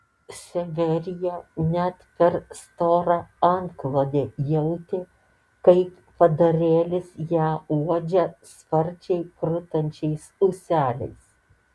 severija net per storą antklodę jautė kaip padarėlis ją uodžia sparčiai krutančiais ūseliais